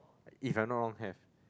if I'm not wrong have